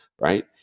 right